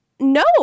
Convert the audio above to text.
No